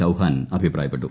ചൌഹാൻ അഭിപ്രായപ്പെട്ടു